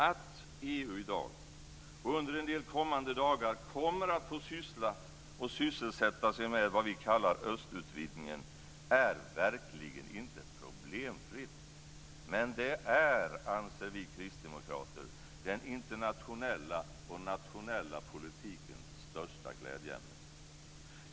Att EU i dag och under en hel del kommande dagar kommer att få sysselsätta sig med vad vi kallar östutvidgningen är verkligen inte problemfritt. Men det är, anser vi kristdemokrater, den internationella och nationella politikens största glädjeämne.